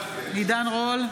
בהצבעה עידן רול,